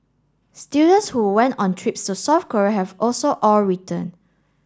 students who went on trips to South Korea have also all returned